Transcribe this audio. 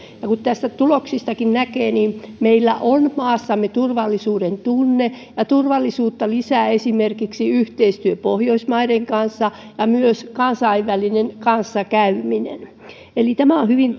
näistä tuloksistakin näkee että meillä on maassamme turvallisuudentunne ja turvallisuutta lisää esimerkiksi yhteistyö pohjoismaiden kanssa ja myös kansainvälinen kanssakäyminen eli tämä on on hyvin